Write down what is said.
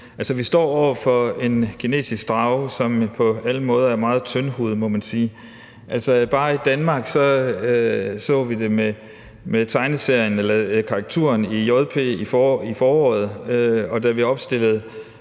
side. Vi står over for en kinesisk drage, som på alle måder er meget tyndhudet, må man sige. Bare i Danmark så vi det med karikaturen i Jyllands-Posten i foråret, og da vi opstillede